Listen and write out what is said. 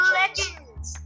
legends